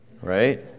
Right